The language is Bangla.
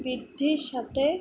বৃদ্ধির সাথে